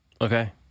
Okay